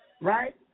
Right